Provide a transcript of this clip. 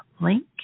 link